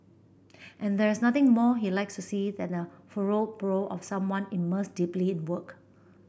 and there is nothing more he likes to see than the furrowed brow of someone immersed deeply in work